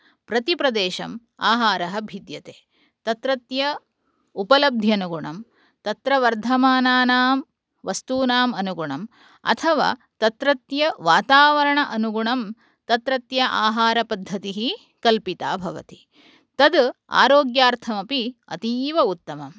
प्रतिप्रदेशम् आहारः भिद्यते तत्रत्य उपलब्ध्यनुगुणं तत्र वर्धमानानां वस्तूनाम् अनुगुणम् अथवा तत्रत्य वातावरण अनुगुणं तत्रत्य आहारपद्धतिः कल्पिता भवति तद् आरोग्यार्थमपि अतीव उत्तमम्